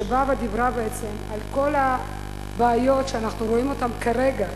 שבאה ודיברה על כל הבעיות שאנחנו רואים כרגע,